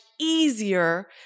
easier